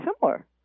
similar